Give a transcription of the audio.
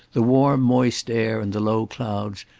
the warm, moist air and the low clouds,